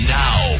now